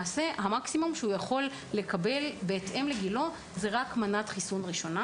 המקסימום שהוא יכול לקבל בהתאם לגילו זה רק מנת חיסון ראשונה